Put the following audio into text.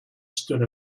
stood